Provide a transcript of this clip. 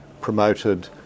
promoted